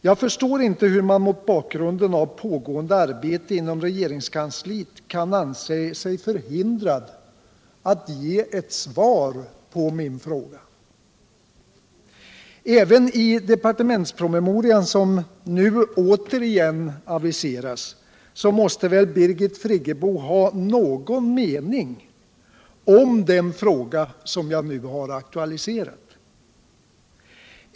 Jag förstår inte hur man mot bakgrund av pågående arbete inom regeringskansliet kan anse sig förhindrad att ge ett svar på min fråga. Även i departementspromemorian, som nu återigen aviseras, måste väl Birgit Friggebo ha någon mening om den fråga som jag nu har aktualiserat.